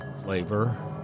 flavor